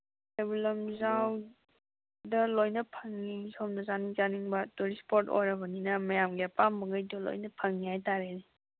ꯀꯩꯕꯨꯜ ꯂꯝꯖꯥꯎꯗ ꯂꯣꯏꯅ ꯐꯪꯉꯤ ꯁꯣꯝꯅ ꯆꯥꯅꯤꯡ ꯆꯥꯅꯤꯡꯕ ꯇꯨꯔꯤꯁ ꯏꯁꯄꯣꯠ ꯑꯣꯏꯔꯕꯅꯤꯅ ꯃꯌꯥꯝꯒꯤ ꯑꯄꯥꯝꯕꯒꯩꯗꯣ ꯂꯣꯏꯅ ꯐꯪꯉꯤ ꯍꯥꯏ ꯇꯥꯔꯦꯅꯦ